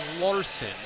Larson